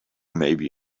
maybe